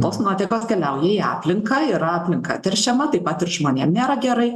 tos nuotekos keliauja į aplinką ir aplinka teršiama taip pat ir žmonėm nėra gerai